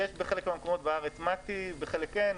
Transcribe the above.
יש בחלק מהמקומות בארץ מת"י, בחלק כן.